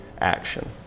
action